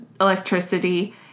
electricity